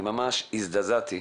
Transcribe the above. אני ממש הזדעזעתי.